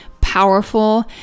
powerful